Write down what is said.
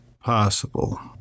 possible